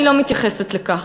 אני לא מתייחסת לכך.